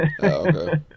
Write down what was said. Okay